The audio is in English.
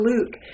Luke